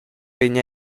vegn